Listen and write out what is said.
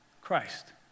Christ